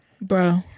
Bro